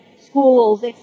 schools